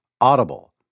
Audible